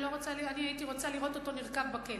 אני הייתי רוצה לראות אותו נרקב בכלא.